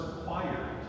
required